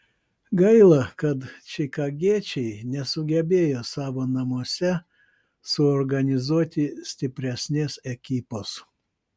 gaila kad čikagiečiai nesugebėjo savo namuose suorganizuoti stipresnės ekipos